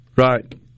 Right